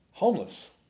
homeless